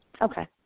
Okay